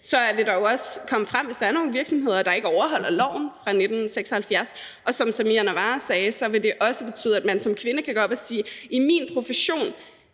vil det jo også komme frem, hvis der er nogle virksomheder, der ikke overholder loven fra 1976. Og som Samira Nawa sagde, vil det også betyde, at man som kvinde kan gå op og sige: Jeg kan se, at i min profession